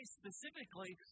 specifically